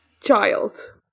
child